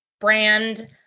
brand